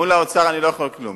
מול האוצר אני לא יכול כלום,